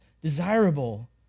desirable